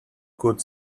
could